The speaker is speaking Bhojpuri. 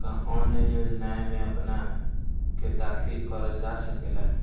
का ऑनलाइन योजनाओ में अपना के दाखिल करल जा सकेला?